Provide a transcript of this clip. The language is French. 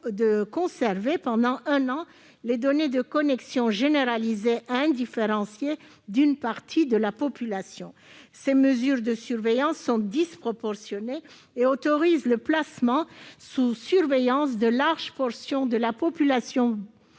de conserver pendant un an les données de connexion généralisées et indifférenciées d'une partie de la population. Ces mesures de surveillance sont disproportionnées, car elles autorisent le placement sous surveillance de vastes franges de la population